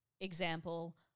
Example